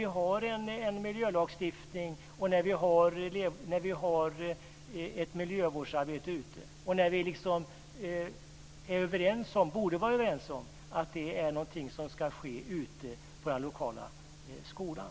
Vi har ju en miljölagstiftning och ett miljövårdsarbete ute. Vi borde vara överens om att det är något som ska ske ute på den lokala skolan.